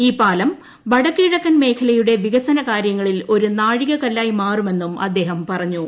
ഈ പാലം വടക്ക് കിഴക്കൻ മേഖലയുടെ വികസന കാര്യങ്ങളിൽ ഒരു നാഴിക കല്ലായി മാറുമെന്നും അദ്ദേഹം പറഞ്ഞു